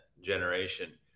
generation